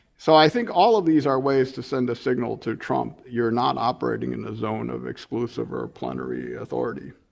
so i think all of these are ways to send a signal to trump, you're not operating in the zone of exclusive or a plundery authority.